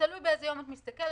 תלוי באיזה יום את מסתכלת.